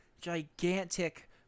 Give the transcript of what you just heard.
gigantic